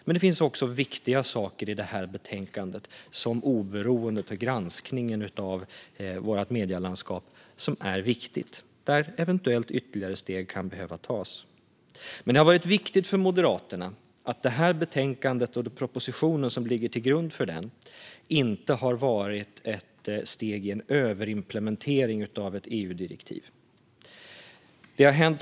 Men det finns också viktiga saker i betänkandet, som oberoendet och granskningen av vårt medielandskap, där eventuellt ytterligare steg kan behöva tas. Det har varit viktigt för Moderaterna att betänkandet och propositionen som ligger till grund för det inte har varit ett steg i en överimplementering av ett EU-direktiv.